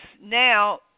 now